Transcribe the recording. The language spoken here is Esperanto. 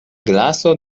glaso